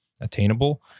attainable